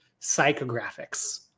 psychographics